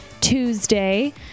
Tuesday